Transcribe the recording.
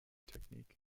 technique